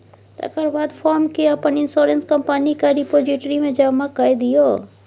तकर बाद फार्म केँ अपन इंश्योरेंस कंपनीक रिपोजिटरी मे जमा कए दियौ